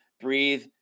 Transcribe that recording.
breathe